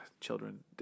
children